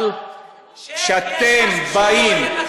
אבל כשאתם, יש משהו שלא עוין לכם?